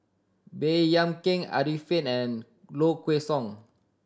Baey Yam Keng Arifin and Low Kway Song